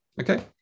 Okay